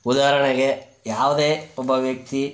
ಉದಾಹರಣೆಗೆ ಯಾವುದೇ ಒಬ್ಬ ವ್ಯಕ್ತಿ